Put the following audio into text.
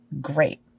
great